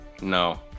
No